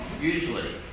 usually